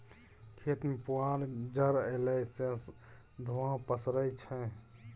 खेत मे पुआर जरएला सँ धुंआ पसरय छै